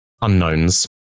unknowns